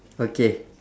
okay